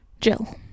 jill